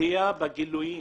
עלייה בגילויים.